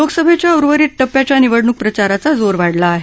लोकसभेच्या उर्वरित टप्प्यांच्या निवडणूक प्रचाराचा जोर वाढला आहे